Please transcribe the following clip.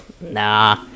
Nah